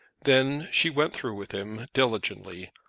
then she went through with him, diligently,